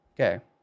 Okay